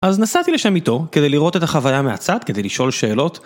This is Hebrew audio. אז נסעתי לשם איתו כדי לראות את החוויה מהצד, כדי לשאול שאלות.